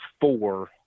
four